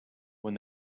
when